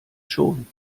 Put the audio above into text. schon